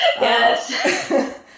Yes